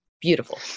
Beautiful